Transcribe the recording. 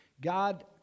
God